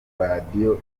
radiyo